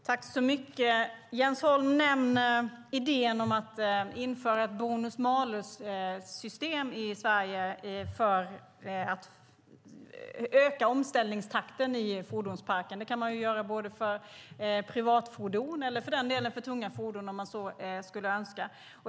Herr talman! Jens Holm nämner idén om att införa ett bonus-malus-system i Sverige för att öka omställningstakten i fordonsparken. Det kan man göra både för privatfordon och för tunga fordon om man så skulle önska.